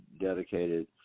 dedicated